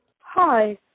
Hi